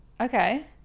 okay